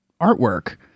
artwork